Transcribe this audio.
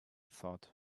thought